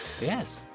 Yes